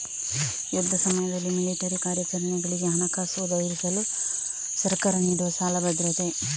ಯುದ್ಧ ಸಮಯದಲ್ಲಿ ಮಿಲಿಟರಿ ಕಾರ್ಯಾಚರಣೆಗಳಿಗೆ ಹಣಕಾಸು ಒದಗಿಸಲು ಸರ್ಕಾರ ನೀಡುವ ಸಾಲ ಭದ್ರತೆ